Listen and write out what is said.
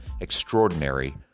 extraordinary